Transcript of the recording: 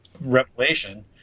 revelation